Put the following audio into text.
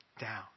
down